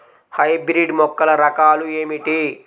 Hybrid మొక్కల రకాలు ఏమిటి?